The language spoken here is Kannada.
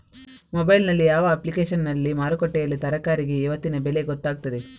ಮೊಬೈಲ್ ನಲ್ಲಿ ಯಾವ ಅಪ್ಲಿಕೇಶನ್ನಲ್ಲಿ ಮಾರುಕಟ್ಟೆಯಲ್ಲಿ ತರಕಾರಿಗೆ ಇವತ್ತಿನ ಬೆಲೆ ಗೊತ್ತಾಗುತ್ತದೆ?